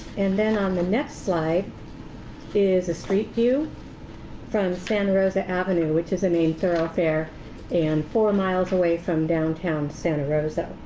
and then on the next slide is a street view from san rosa avenue, which is the main thoroughfare and four miles away from downtown santa rosa.